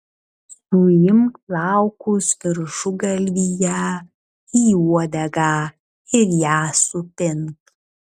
suimk plaukus viršugalvyje į uodegą ir ją supink